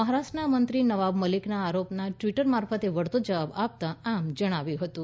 મહારાષ્ટ્રના મંત્રી નવાબ મલિકના આરોપોના ટવિટર મારફતે વળતો જવાબ આપતાં આમ જણાવ્યું હતું